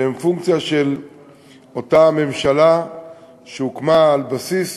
שהן פונקציה של אותה ממשלה שהוקמה על בסיס